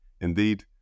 Indeed